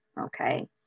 okay